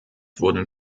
wurden